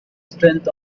strength